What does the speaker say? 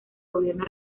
gobierno